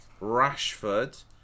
Rashford